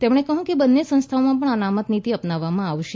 તેમણે કહ્યું કે બંને સંસ્થાઓમાં પણ અનામત નીતિ અપનાવવામાં આવશે